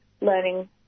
learning